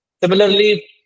Similarly